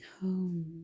home